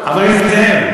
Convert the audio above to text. חבר הכנסת נסים זאב,